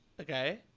Okay